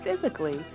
physically